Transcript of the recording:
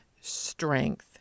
strength